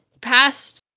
past